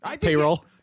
Payroll